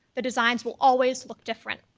the designs will always look different.